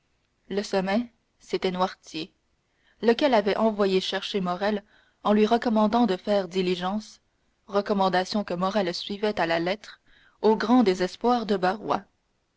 le sommet c'était noirtier lequel avait envoyé chercher morrel en lui recommandant de faire diligence recommandation que morrel suivait à la lettre au grand désespoir de barrois